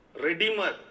redeemer